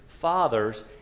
fathers